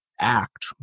act